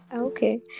okay